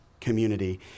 community